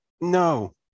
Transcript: no